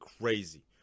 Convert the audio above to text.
crazy